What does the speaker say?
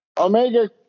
Omega